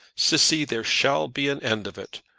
cissy, there shall be an end of it.